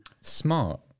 Smart